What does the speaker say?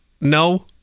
No